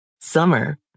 Summer